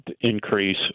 increase